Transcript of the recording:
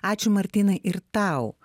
ačiū martynai ir tau